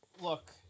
Look